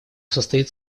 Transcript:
состоит